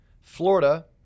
Florida